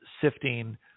sifting